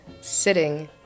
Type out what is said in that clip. sitting